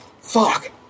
fuck